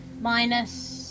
Minus